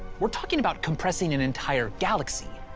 we're talking about compressing an entire galaxy,